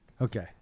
okay